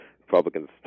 Republicans